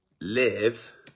live